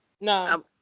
No